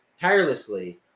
tirelessly